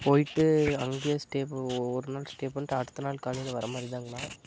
போய்ட்டு அங்கேயே ஸ்டே இப்போது ஒருநாள் ஸ்டே பண்ணிட்டு அடுத்த நாள் காலையில் வர்றமாதிரிதாங்கண்ணா